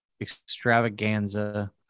extravaganza